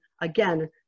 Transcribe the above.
again